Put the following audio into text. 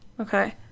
Okay